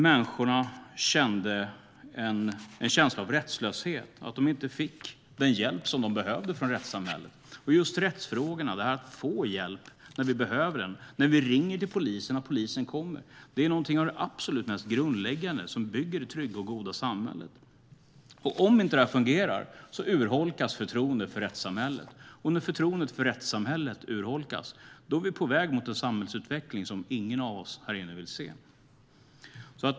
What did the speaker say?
Människorna kände en känsla av rättslöshet, att de inte fick den hjälp som de behövde från rättssamhället. Just rättsfrågorna, det här att få hjälp när vi behöver den och att polisen kommer när vi ringer till den, är någonting av det absolut mest grundläggande som bygger det trygga och goda samhället. Om inte detta fungerar urholkas förtroendet för rättssamhället, och när förtroendet för rättssamhället urholkas är vi på väg mot en samhällsutveckling som ingen av oss vill se.